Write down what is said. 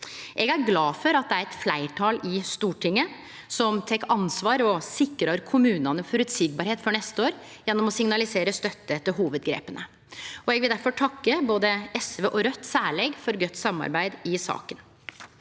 Eg er glad for at det er eit fleirtal i Stortinget som tek ansvar og sikrar kommunane føreseielegheit for neste år, gjennom å signalisere støtte til hovudgrepa. Eg vil difor takke både SV og Raudt særleg for godt samarbeid i saka.